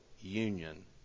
union